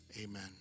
Amen